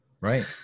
Right